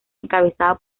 encabezada